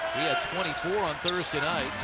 had twenty four on thursday night.